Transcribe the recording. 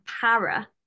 para